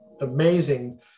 amazing